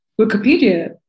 Wikipedia